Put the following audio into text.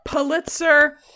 Pulitzer